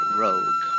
rogue